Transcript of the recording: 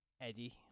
eddie